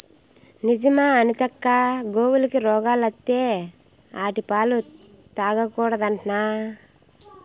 నిజమా అనితక్కా, గోవులకి రోగాలత్తే ఆటి పాలు తాగకూడదట్నా